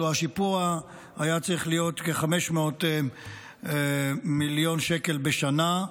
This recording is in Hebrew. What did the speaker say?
השיפוע היה צריך להיות כ-500 מיליון שקלים בשנה,